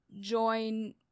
join